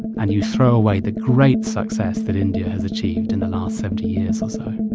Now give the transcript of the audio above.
and you throw away the great success that india has achieved in the last seventy years or so